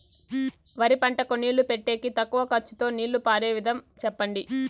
వరి పంటకు నీళ్లు పెట్టేకి తక్కువ ఖర్చుతో నీళ్లు పారే విధం చెప్పండి?